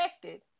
Affected